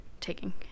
taking